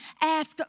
ask